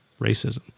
racism